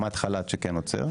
לעומת חל"ת שכן עוצרת.